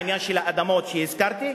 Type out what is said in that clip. העניין של האדמות שהזכרתי,